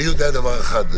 אני יודע דבר אחד,